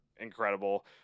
incredible